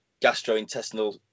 gastrointestinal